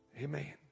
Amen